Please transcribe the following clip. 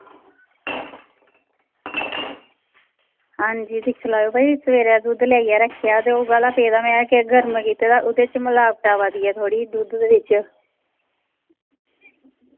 हां जी दिक्खी लैयो भाई सवेरै दुध्द लेआइयै रक्खेआ ते उऐ लेआ पेदा मैं के गर्म कीत्ते दा उ'दे मलावट आवा दी ऐ थोह्ड़ी दुध्द बिच